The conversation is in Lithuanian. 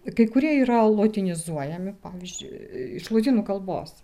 kai kurie yra lotinizuojami pavyzdžiui iš lotynų kalbos